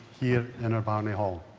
here in barony hall.